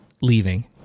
leaving